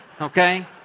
okay